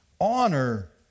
Honor